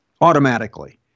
automatically